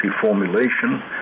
formulation